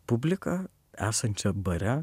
publiką esančią bare